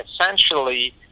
essentially